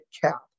cap